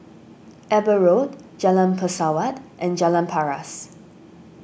Eber Road Jalan Pesawat and Jalan Paras